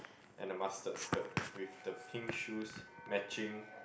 and the mustard skirt with the pink shoes matching